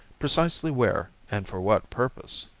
precisely where and for what purpose?